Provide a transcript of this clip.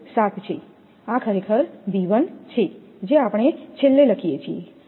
7 છે આ ખરેખર V1 છે જે આપણે છેલ્લે લખીએ છીએ